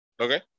Okay